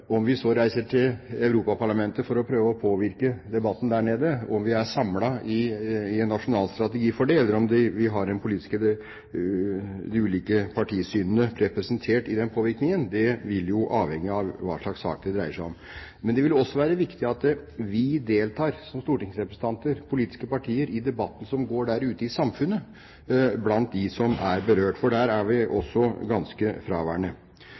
om vi så reiser til Europaparlamentet for å prøve å påvirke debatten der nede og vi er samlet i en nasjonal strategi for det, eller om vi har de ulike partisynene representert i den påvirkningen, vil avhenge av hva slags sak det dreier seg om. Men det vil også være viktig at vi som stortingsrepresentanter og politiske partier deltar i debatten som går der ute i samfunnet blant dem som er berørt, for der er vi også ganske fraværende.